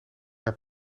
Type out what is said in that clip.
naar